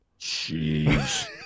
Jeez